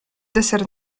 deser